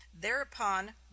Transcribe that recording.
Thereupon